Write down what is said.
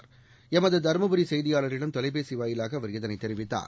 ளமதுதருமபுரிசெய்தியாளரிடம் தொலைபேசிவாயிலாகஅவர் இதனைத் தெரிவித்தார்